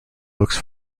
looks